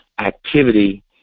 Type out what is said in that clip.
Activity